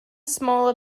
smaller